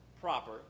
proper